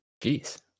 Jeez